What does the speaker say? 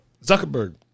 Zuckerberg